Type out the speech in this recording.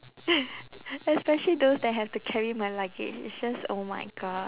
especially those that have to carry my luggage it's just oh my god